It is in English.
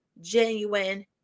genuine